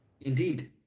Indeed